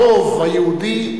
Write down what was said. הרוב היהודי,